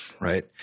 right